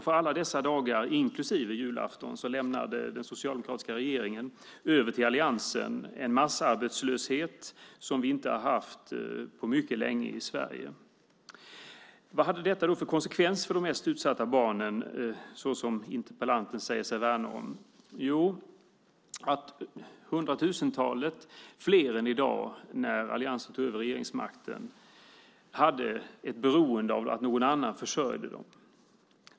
För alla dessa dagar, inklusive julafton, lämnade den socialdemokratiska regeringen över till alliansen en massarbetslöshet som vi inte har haft på mycket länge i Sverige. Vad hade då detta för konsekvenser för de mest utsatta barnen som interpellanten säger sig värna om? Jo, att hundratusentalet fler än i dag när alliansen tog över regeringsmakten var beroende av att någon annan försörjde dem.